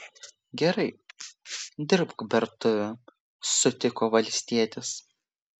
gerai dirbk bertuvę sutiko valstietis